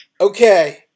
Okay